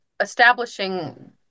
establishing